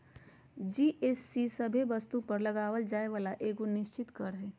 GST सभे वस्तु पर लगावल जाय वाला एगो निश्चित कर हय